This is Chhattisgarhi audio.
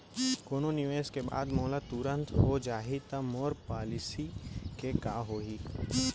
कोनो निवेश के बाद मोला तुरंत हो जाही ता मोर पॉलिसी के का होही?